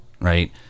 right